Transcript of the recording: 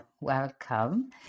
Welcome